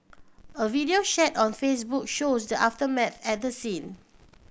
a video shared on Facebook shows the aftermath at the scene